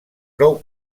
prou